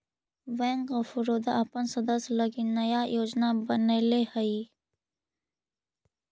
bank of Baroda अपन सदस्य लगी नया योजना बनैले हइ